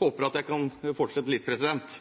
håper at jeg